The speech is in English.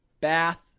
bath